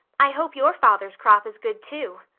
i hope your father's crop is good too.